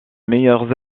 meilleurs